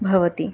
भवति